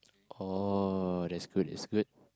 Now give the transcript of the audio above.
oh that's good that's good